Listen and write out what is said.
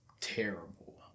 terrible